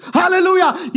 hallelujah